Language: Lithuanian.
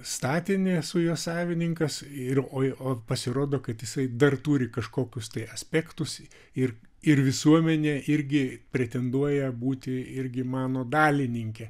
statinį esu jo savininkas ir oi o pasirodo kad jisai dar turi kažkokius tai aspektus ir ir visuomenė irgi pretenduoja būti irgi mano dalininke